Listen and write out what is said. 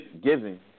giving